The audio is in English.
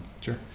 sure